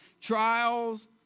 Trials